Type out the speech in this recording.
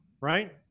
right